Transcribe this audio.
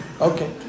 Okay